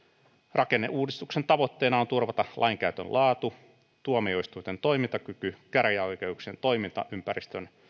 rakenneuudistuksen tavoitteena on turvata lainkäytön laatu ja tuomioistuinten toimintakyky käräjäoikeuksien toimintaympäristön